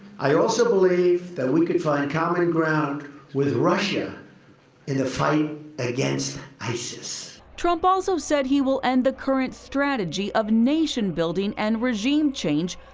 i also believe that we could find common and ground with russia in the fight against isis. heather trump also said he will end the current strategy of nation-building and regime change,